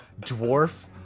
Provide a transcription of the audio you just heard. dwarf